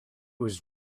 was